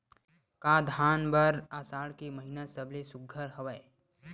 का धान बर आषाढ़ के महिना सबले सुघ्घर हवय?